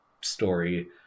story